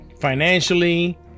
Financially